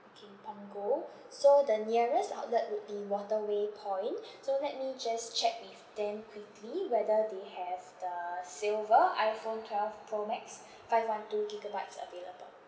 okay punggol so the nearest outlet would be waterway point so let me just check with them quickly whether they have the silver iPhone twelve pro max five one two gigabytes available